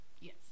Yes